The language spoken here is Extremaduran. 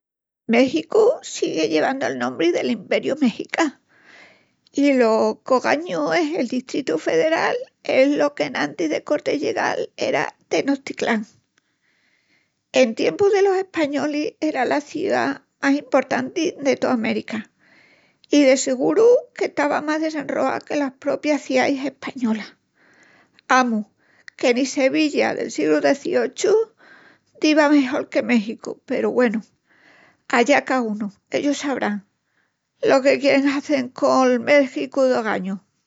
Méxicu sigui llevandu el nombri del Imperiu Mexica i lo qu'ogañu es el Distritu Federal es lo qu'enantis de Cortés llegal, era Tenochtitlán. En tiempus delos españolis, era la ciá más emportanti de toa América i de seguru qu'estava más desenroa que las propias ciais españolas. Amus, que ni Sevilla nel siegru XVIII diva mejol qué Méxicu peru, güenu, allá caúnu, ellus sabrán lo que quierin hazel col Méxicu d'ogañu.